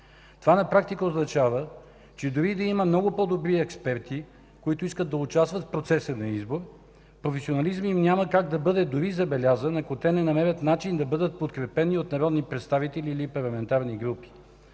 Това на практика означава, че дори да има много по-добри експерти, които искат да участват в процеса на избор, професионализмът им няма как да бъде дори забелязан, ако те не намерят начин да бъдат подкрепени от народни представители или парламентарни групи.